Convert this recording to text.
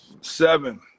Seven